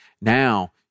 Now